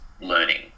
learning